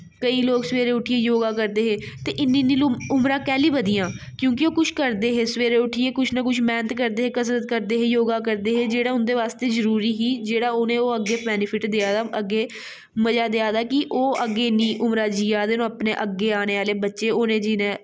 केईं लोक सवैरे उट्ठिये योगा करदे है इन्नी इन्नी उमरा कैल्ली बधियां क्योंकि ओह् कुछ करदे है सवैरे उट्ठियै कुछ ना कुछ मैंहनत करदे है कसरत करदे है योगा करदे है जेह्ड़ा उं'दे आस्तै जरुरी ही जेह्ड़ा उ'नें गी ओह् अग्गें बेनीफिट देआ दा अग्गें मजा दे दा कि ओह् अग्गें इन्नी उमरां जीआ दे न ओह् अपने अग्गें आने आह्लें बच्चें उ'नें जीना ऐ